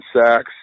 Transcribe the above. sacks